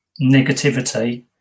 negativity